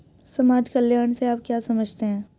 समाज कल्याण से आप क्या समझते हैं?